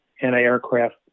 anti-aircraft